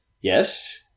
Yes